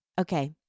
Okay